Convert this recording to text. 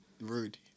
rude